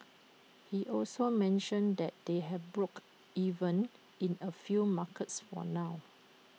he also mentioned that they have broke even in A few markets for now